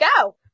go